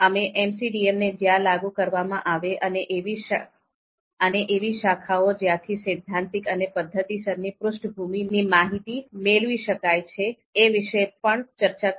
અમે MCDM ને જ્યાં લાગુ કરવામાં આવે અને એવી શાખાઓ જ્યાંથી સૈદ્ધાંતિક અને પદ્ધતિસરની પૃષ્ઠભૂમિ ની માહિતી મેળવી શકાય છે એ વિશે પણ ચર્ચા કરી